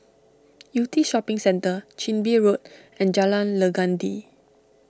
Yew Tee Shopping Centre Chin Bee Road and Jalan Legundi